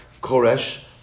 Koresh